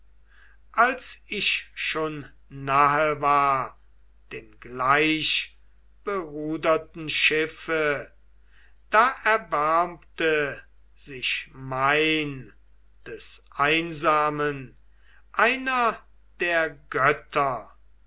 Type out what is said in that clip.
als ich schon nahe war dem gleichberuderten schiffe da erbarmte sich mein des einsamen einer der götter